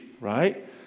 right